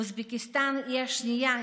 אוזבקיסטן היא השנייה,